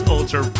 Ultra